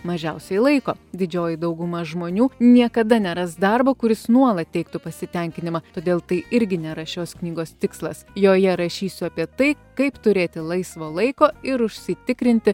mažiausiai laiko didžioji dauguma žmonių niekada neras darbo kuris nuolat teiktų pasitenkinimą todėl tai irgi nėra šios knygos tikslas joje rašysiu apie tai kaip turėti laisvo laiko ir užsitikrinti